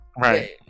right